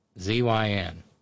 Z-Y-N